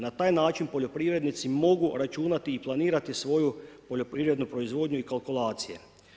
Na taj način poljoprivrednici mogu računati i planirati svoju poljoprivrednu proizvodnju i kalkulacije.